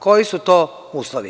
Koji su to uslovi?